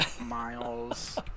miles